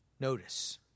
Notice